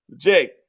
Jake